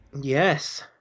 Yes